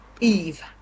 Eve